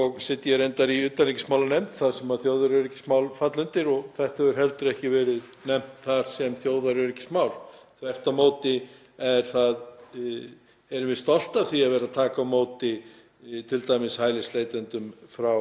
og sit ég reyndar í utanríkismálanefnd þar sem þjóðaröryggismál falla undir. Þetta hefur heldur ekki verið nefnt þar sem þjóðaröryggismál, þvert á móti erum við t.d. stolt af því að vera að taka á móti hælisleitendum frá